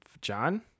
John